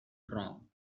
wrong